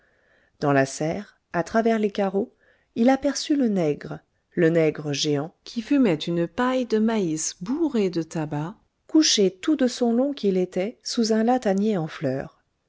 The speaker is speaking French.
dans la serre à travers les carreaux il aperçut le nègre le nègre géant qui fumait une paille de maïs bourrée de tabac couché tout de son long qu'il était sous un latanier en fleurs